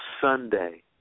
Sunday